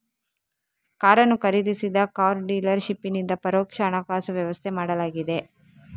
ಕಾರನ್ನು ಖರೀದಿಸಿದ ಕಾರ್ ಡೀಲರ್ ಶಿಪ್ಪಿನಿಂದ ಪರೋಕ್ಷ ಹಣಕಾಸು ವ್ಯವಸ್ಥೆ ಮಾಡಲಾಗಿದೆ